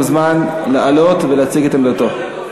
מוזמן לעלות ולהציג את עמדתו.